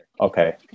Okay